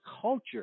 culture